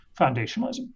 foundationalism